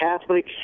Catholic